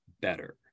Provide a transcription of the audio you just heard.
better